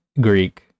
greek